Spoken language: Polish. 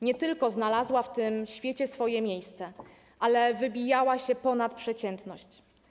Nie tylko znalazła w tym świecie swoje miejsce, ale też wybijała się ponad przeciętność.